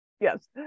Yes